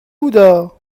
بودا